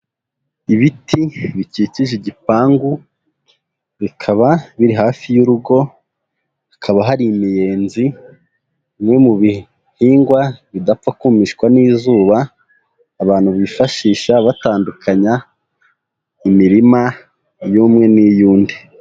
Ibiti bikikije igipangu, bikaba biri hafi y'urugo, hakaba hari imiyenzi, bimwe mu bihingwa bidapfa kumishwa n'izuba, abantu bifashisha batandukanya imirima y'umwe n'iy'undi.